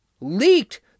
leaked